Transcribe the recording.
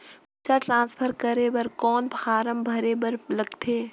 पईसा ट्रांसफर करे बर कौन फारम भरे बर लगथे?